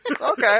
Okay